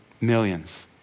millions